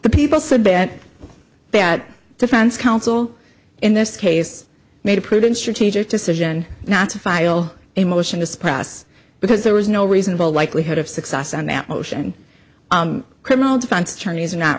the people so bad that defense counsel in this case made a prudent strategic decision not to file a motion to suppress because there was no reasonable likelihood of success on that motion criminal defense attorneys are not